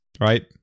right